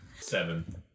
Seven